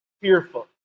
fearful